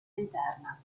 interna